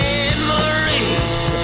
Memories